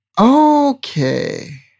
okay